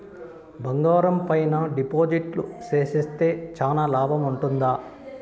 బంగారం పైన డిపాజిట్లు సేస్తే చానా లాభం ఉంటుందా?